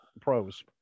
pros